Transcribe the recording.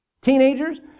Teenagers